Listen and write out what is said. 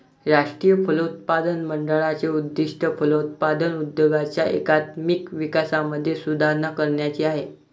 राष्ट्रीय फलोत्पादन मंडळाचे उद्दिष्ट फलोत्पादन उद्योगाच्या एकात्मिक विकासामध्ये सुधारणा करण्याचे आहे